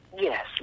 yes